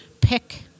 pick